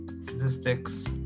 Statistics